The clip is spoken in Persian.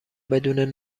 بدون